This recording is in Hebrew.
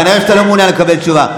כנראה שאתה לא מעוניין לקבל תשובה.